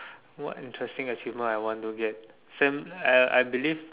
what interesting achievement I want to get same I I believe